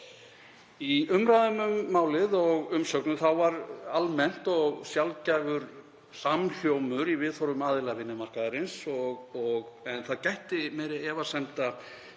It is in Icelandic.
Í umræðum um málið og umsögnum var almennt sjaldgæfur samhljómur í viðhorfum aðila vinnumarkaðarins en það gætti meiri efasemda